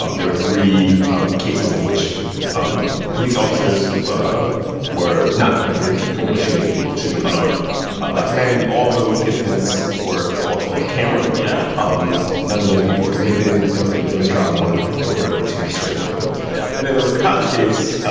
um there were three cases in which um police officers were not convicted for shooting people shooting unarmed black men. all of those incidents were caught on camera yeah um none of those people were convicted. there there was a mistrial in one. there were two just straight-up acquittals yeah and then there was the cosby case,